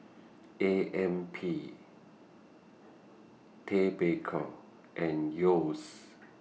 A M P Ted Baker and Yeo's